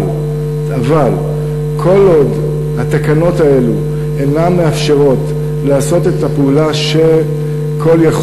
אבל כל עוד התקנות האלו אינן מאפשרות לעשות את הפעולה ש"call יכול"